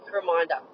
reminder